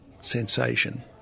sensation